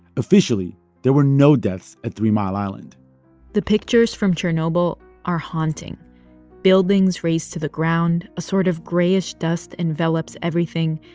officially, there were no deaths at three mile island the pictures from chernobyl are haunting buildings razed to the ground, a sort of grayish dust envelops everything,